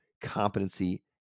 competency